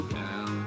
down